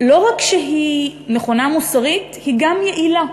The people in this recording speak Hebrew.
לא רק שהיא נכונה מוסרית, היא גם יעילה.